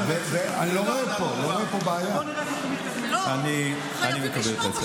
אם אני אגיד לך עכשיו שבטוח נעביר בהמשך אני אשקר לך,